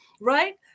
right